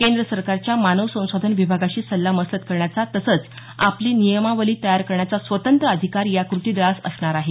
केंद्र सरकारच्या मानव संसाधन विभागाशी सल्ला मसलत करण्याचा तसंच आपली नियमावली तयार करण्याचा स्वतंत्र अधिकार या क्रती दलास असणार आहे